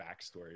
backstory